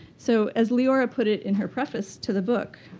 so as leora put it in her preface to the book,